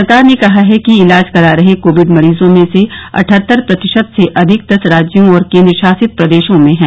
सरकार ने कहा है कि इलाज करा रहे कोविड मरीजों में से अठहत्तर प्रतिशत से अधिक दस राज्यों और केन्द्रशासित प्रद्रेशों में हैं